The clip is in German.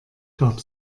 gab